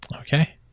Okay